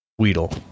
Weedle